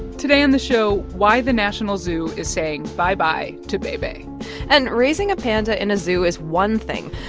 today on the show, why the national zoo is saying bye-bye to bei bei and raising a panda in a zoo is one thing,